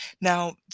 Now